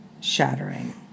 shattering